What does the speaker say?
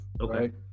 Okay